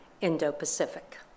Indo-Pacific